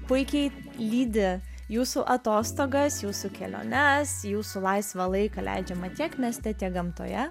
puikiai lydi jūsų atostogas jūsų keliones jūsų laisvą laiką leidžiamą tiek mieste tiek gamtoje